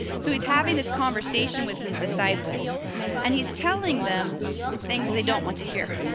so he's having this conversation with his disciples and he's telling them things they don't want to hear.